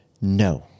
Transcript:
No